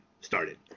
started